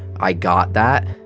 i got that.